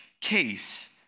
case